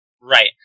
Right